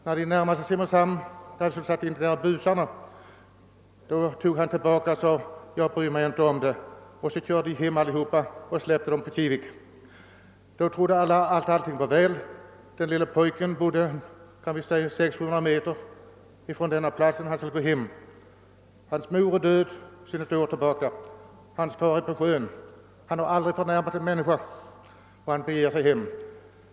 När man närmade sig Simrishamn ville den som hade anmält busarna ta tillbaka sin anmälan och sade: »Jag bryr mig inte om det.» Så kördes de alla hem och släpptes. Därmed trodde man att allt var väl. Den unge pojken bodde 600—700 meter från den plats där polisen släppte av dem. Han skulle gå hem. Hans mor är död sedan ett år tillbaka, hans far är på sjön och han har som sagt aldrig förnärmat en människa.